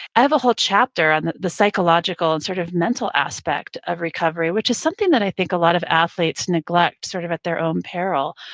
i have a whole chapter on the the psychological and sort of mental aspect of recovery, which is something that i think a lot of athletes neglect sort of at their own peril.